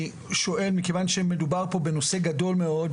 אני שואל מכיוון שמדובר פה בנושא גדול מאוד,